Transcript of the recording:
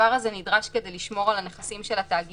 הדבר הזה נדרש כדי לשמור על הנכסים של התאגיד